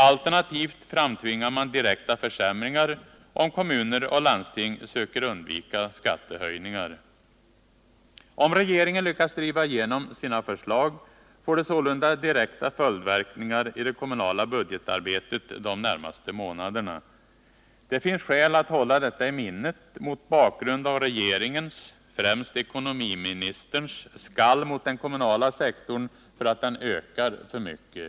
Alternativt framtvingar man direkta försämringar om kommuner och landsting söker undvika skattehöjningar. Om regeringen lyckas driva igenom sina förslag får det sålunda direkta följdverkningar i det kommunala budgetarbetet de närmaste månaderna. Det finns skäl att hålla detta i minnet mot bakgrund av regeringens — främst ekonomiministerns — skall mot den kommunala sektorn för att den ökar för mycket.